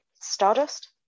stardust